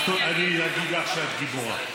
אז אני אגיד לך שאת גיבורה.